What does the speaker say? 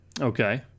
Okay